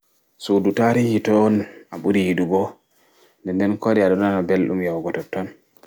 Suɗu tarihi toi on a ɓuri yiɗugo nɗe nɗe ko waɗi a ɗo nana ɓelɗum yahugo totton